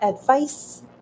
advice